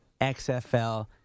XFL